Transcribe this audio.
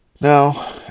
Now